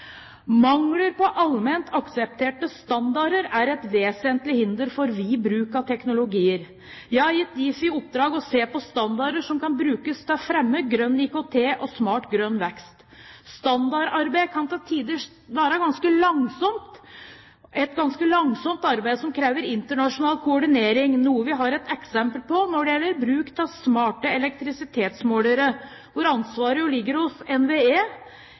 Mangler på allment aksepterte standarder er et vesentlig hinder for vid bruk av teknologier. Jeg har gitt Difi i oppdrag å se på standarder som kan brukes til å fremme grønn IKT og smart grønn vekst. Standardarbeid kan til tider være et ganske langsomt arbeid som krever internasjonal koordinering. Vi har et eksempel på det når det gjelder bruk av smarte elektrisitetsmålere, der ansvaret ligger hos NVE.